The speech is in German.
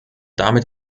damit